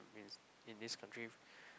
in this country